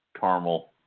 caramel